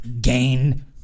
gain